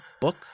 book